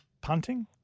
punting